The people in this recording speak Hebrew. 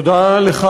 תודה לך.